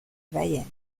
veynes